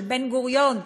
של בן-גוריון,